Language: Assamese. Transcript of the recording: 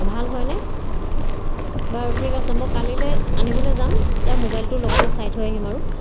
ভাল হয়নে বাৰু ঠিক আছে মই কালিলৈ আনিবলৈ যাম এতিয়া মোবাইলটোৰ লগতে চাই থৈ আহিম আৰু